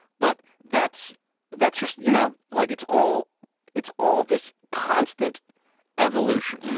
but that's that's just, you know, like, it's all it's all this constant evolution.